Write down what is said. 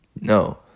No